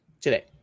today